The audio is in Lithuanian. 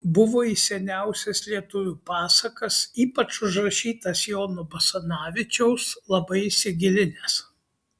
buvo į seniausias lietuvių pasakas ypač į užrašytas jono basanavičiaus labai įsigilinęs